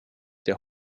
der